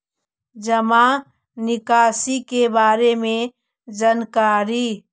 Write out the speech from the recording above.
जामा निकासी के बारे में जानकारी?